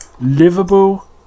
livable